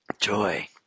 joy